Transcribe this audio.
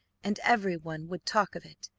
and everyone would talk of it,